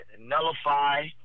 nullify